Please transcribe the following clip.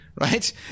right